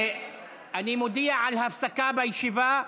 אני מודיע על הפסקה בישיבה.